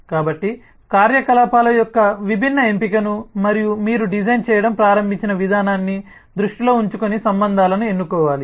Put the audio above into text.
కాబట్టి కార్యకలాపాల యొక్క విభిన్న ఎంపికను మరియు మీరు డిజైన్ చేయడం ప్రారంభించిన విధానాన్ని దృష్టిలో ఉంచుకుని సంబంధాలను ఎన్నుకోవాలి